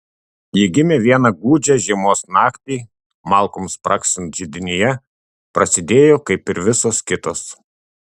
ji gimė vieną gūdžią žiemos naktį malkoms spragsint židinyje prasidėjo kaip ir visos kitos